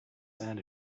sand